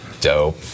dope